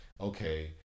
okay